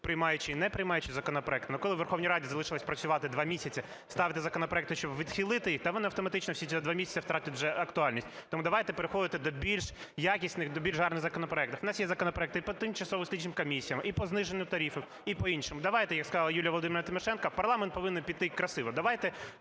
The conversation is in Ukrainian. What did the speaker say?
приймаючи і не приймаючи законопроекти. Але коли Верховній Раді залишилось працювати 2 місяці, ставити законопроекти, щоб відхилити їх, та вони автоматично через 2 місяці втратять вже актуальність. Тому давайте переходити до більш якісних, до більш гарних законопроектів. У нас є законопроекти і по тимчасовим слідчим комісіям, і по зниженню тарифів, і по іншому. Давайте, як сказала Юлія Володимирівна Тимошенко, парламент повинен піти красиво.